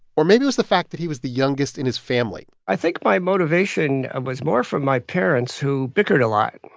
or maybe was the fact that he was the youngest in his family i think my motivation was more from my parents, who bickered a lot.